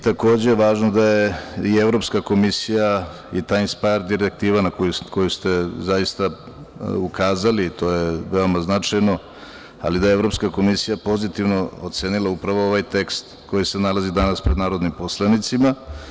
Takođe je važno da je Evropska komisija i „inspajr“ direktiva na koju ste ukazali, to je veoma značajno, ali da je Evropska komisija pozitivno ocenila upravo ovaj tekst koji se nalazi danas pred narodnim poslanicima.